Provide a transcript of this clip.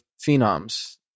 phenoms